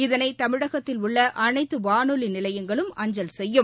இதனை தமிழகத்தில் உள்ள அனைத்து வானொலி நிலையங்களும் அஞ்சல் செய்யும்